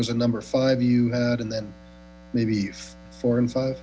was a number five you had and then maybe four and five